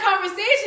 Conversation